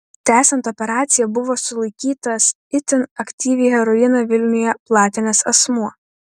tęsiant operaciją buvo sulaikytas itin aktyviai heroiną vilniuje platinęs asmuo